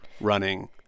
running